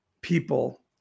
people